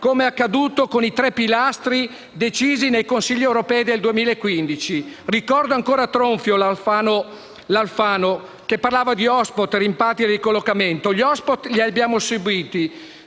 come è accaduto con i tre pilastri fissati nei Consigli europei del 2015. Ricordo ancora Alfano che, tronfio, parlava di *hotspot*, rimpatri e ricollocamento. Gli *hotspot* li abbiamo subiti;